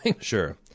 Sure